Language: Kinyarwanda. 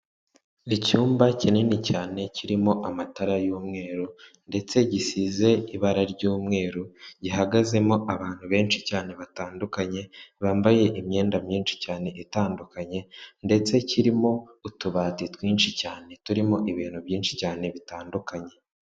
Icyumba kinini cyane kirimo amatara y'umweru ndetse gisize ibara ry'umweru, gihagazemo abantu benshi cyane batandukanye, bambaye imyenda myinshi cyane itandukanye ndetse kirimo utubati twinshi cyane turimo ibintu byinshi cyane bitandukanye.